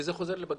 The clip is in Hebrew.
וזה חוזר לבג"ץ.